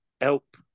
help